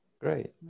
Great